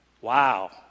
Wow